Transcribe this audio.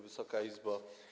Wysoka Izbo!